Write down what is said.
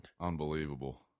Unbelievable